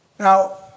Now